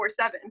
24-7